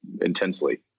intensely